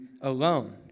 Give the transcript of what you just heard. alone